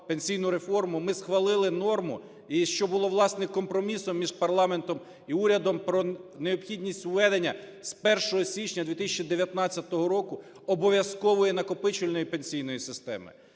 ми схвалили норму і що було, власне, компромісом між парламентом і урядом, про необхідність введення з 1 січня 2019 року обов'язкової накопичувальної пенсійної системи.